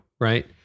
right